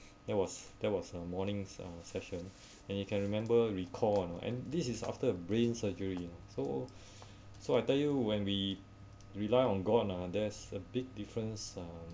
that was that was the mornings uh session and he can remember recall know and this is after a brain surgery you know so so I tell you when we rely on god lah there's a big difference uh